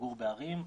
תגור בערים.